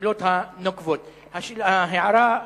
בבית-הספר "אל-זהרא".